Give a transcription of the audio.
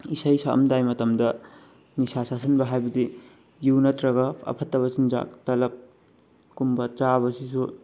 ꯏꯁꯩ ꯁꯛꯑꯝꯗꯥꯏ ꯃꯇꯝꯗ ꯅꯤꯁꯥ ꯆꯥꯁꯤꯟꯕ ꯍꯥꯏꯕꯗꯤ ꯌꯨ ꯅꯠꯇ꯭ꯔꯒ ꯑꯐꯠꯇꯕ ꯆꯤꯟꯖꯥꯛ ꯇꯂꯕ ꯀꯨꯝꯕ ꯆꯥꯕꯁꯤꯁꯨ